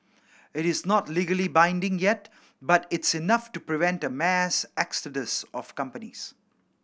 it is not legally binding yet but it's enough to prevent a mass exodus of companies